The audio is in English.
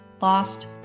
lost